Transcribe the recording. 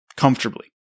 Comfortably